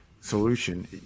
solution